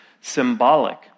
symbolic